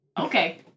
Okay